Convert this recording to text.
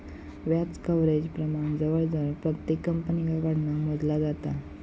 व्याज कव्हरेज प्रमाण जवळजवळ प्रत्येक कंपनीकडना मोजला जाता